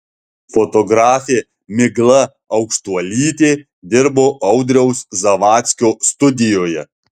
fotografė migla aukštuolytė dirbo audriaus zavadskio studijoje